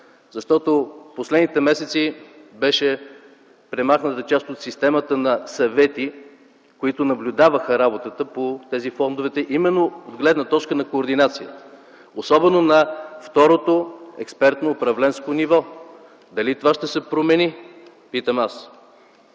Защото през последните месеци беше премахната част от системата на съвети, които наблюдаваха работата на тези фондове именно от гледна точка на координация, особено на второто експертно управленско ниво. Дали това ще се промени, питам аз?